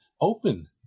open